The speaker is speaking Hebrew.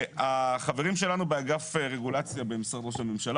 החברים שלנו באגף רגולציה במשרד ראש הממשלה